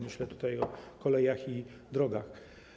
Myślę tutaj o kolejach i drogach.